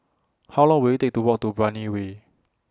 How Long Will IT Take to Walk to Brani Way